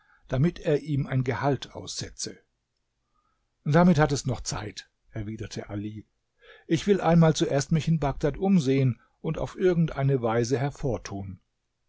damit er ihm ein gehalt aussetze damit hat es noch zeit erwiderte ali ich will einmal zuerst mich in bagdad umsehen und auf irgend eine weise hervortun